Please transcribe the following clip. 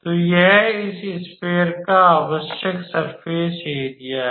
तो यह इस स्फेयर का आवश्यक सर्फ़ेस एरिया है